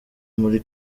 muri